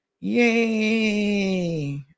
Yay